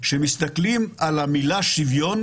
שמסתכלים על המילה שוויון